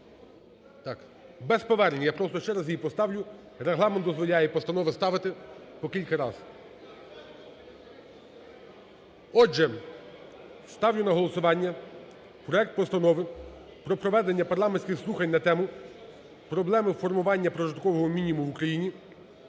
Без повернення, я просто ще раз її поставлю, Регламент дозволяє постанови ставити по кілька раз. Отже, ставлю на голосування проект Постанови про проведення парламентських слухань на тему: "Проблеми формування прожиткового мінімуму в Україні"